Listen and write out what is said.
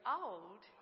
old